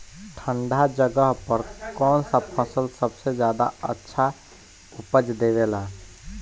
ठंढा जगह पर कौन सा फसल सबसे ज्यादा अच्छा उपज देवेला?